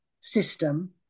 system